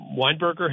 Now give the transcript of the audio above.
Weinberger